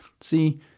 See